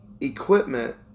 equipment